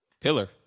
Pillar